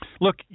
Look